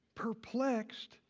Perplexed